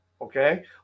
okay